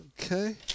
Okay